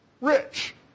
rich